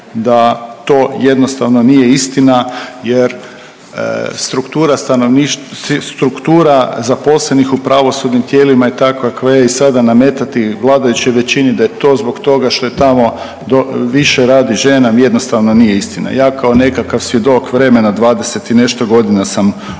da to jednostavno nije istina jer struktura, struktura zaposlenih u pravosudnim tijelima je takva kakva je i sada nametati vladajućoj većini da je to zbog toga što je tamo, više radi žena jednostavno nije istina. Ja kao nekakav svjedok vremena 20 i nešto godina sam u